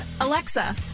Alexa